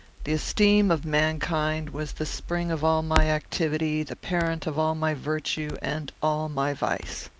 the esteem of mankind was the spring of all my activity, the parent of all my virtue and all my vice.